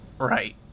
Right